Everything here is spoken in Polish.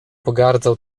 pogardzał